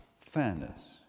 fairness